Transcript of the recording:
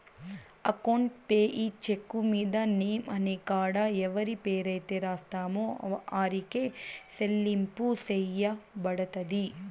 account payee cheque మీద name అనే కాడ ఎవరి పేరైతే రాస్తామో ఆరికే సెల్లింపు సెయ్యబడతది